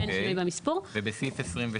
ובסעיף 26?